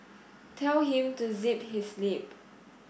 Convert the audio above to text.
tell him to zip his lip